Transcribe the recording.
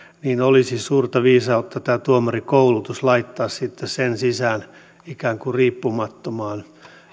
niin olisi suurta viisautta laittaa tämä tuomarikoulutus sen sisään ikään kuin riippumattomaan